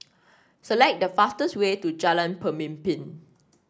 select the fastest way to Jalan Pemimpin